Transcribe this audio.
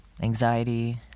anxiety